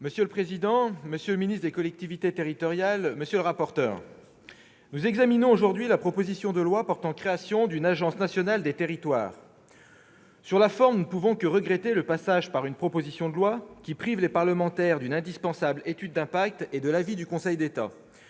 Monsieur le président, monsieur le ministre, monsieur le rapporteur, mes chers collègues, nous examinons aujourd'hui la proposition de loi portant création d'une agence nationale de la cohésion des territoires. Sur la forme, nous ne pouvons que regretter le passage par une proposition de loi, qui prive les parlementaires d'une indispensable étude d'impact et de l'avis du Conseil d'État.